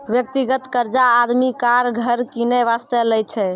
व्यक्तिगत कर्जा आदमी कार, घर किनै बासतें लै छै